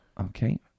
okay